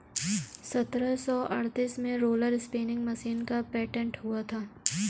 सत्रह सौ अड़तीस में रोलर स्पीनिंग मशीन का पेटेंट हुआ था